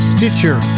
Stitcher